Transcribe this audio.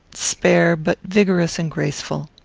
spare, but vigorous and graceful.